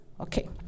okay